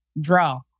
Draw